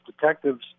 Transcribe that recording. detectives